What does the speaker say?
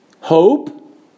hope